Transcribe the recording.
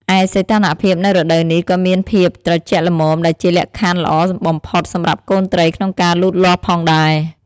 ឯសីតុណ្ហភាពនៅរដូវនេះក៏មានភាពត្រជាក់ល្មម ដែលជាលក្ខខណ្ឌល្អបំផុតសម្រាប់កូនត្រីក្នុងការលូតលាស់ផងដែរ។